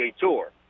Tour